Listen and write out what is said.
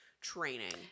training